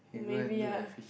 maybe yea